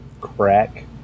crack